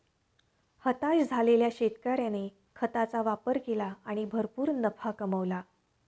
हताश झालेल्या शेतकऱ्याने खताचा वापर केला आणि भरपूर नफा कमावला